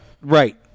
right